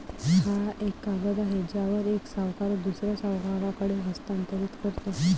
हा एक कागद आहे ज्यावर एक सावकार दुसऱ्या सावकाराकडे हस्तांतरित करतो